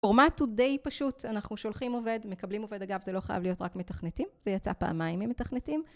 פורמט הוא די פשוט, אנחנו שולחים עובד, מקבלים עובד, אגב, זה לא חייב להיות רק מתכנתים, זה יצא פעמיים עם מתכנתים.